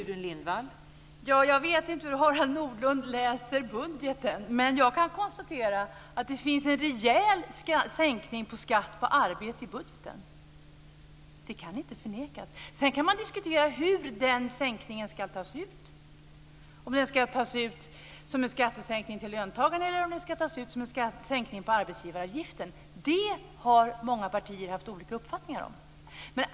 Fru talman! Jag vet inte hur Harald Nordlund läser budgeten. Men jag konstaterar att det finns en rejäl sänkning på skatt på arbete i budgeten. Det kan inte förnekas. Sedan går det att diskutera hur den sänkningen ska tas ut, om den ska tas ut som en skattesänkning till löntagarna eller som en sänkning på arbetsgivaravgiften. Det har många partier haft olika uppfattningar om.